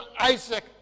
Isaac